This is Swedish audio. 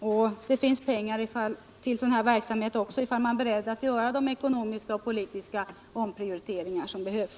Man kan få pengar till sådan här verksamhet också om man är beredd att göra de ekonomiska och politiska omprioriteringar som behövs.